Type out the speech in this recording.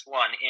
one